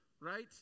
right